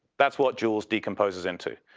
that's what joules decomposes into.